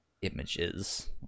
images